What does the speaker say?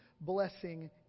blessing